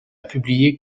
publié